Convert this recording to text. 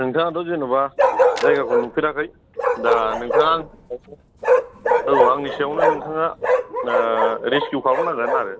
नोंथाङाथ' जेन'बा जायगाखौ नुफेराखै दा नोंथाङा औ आंनि सायावनो नोंथाङा रिसखिउ खालाम नांगोन आरो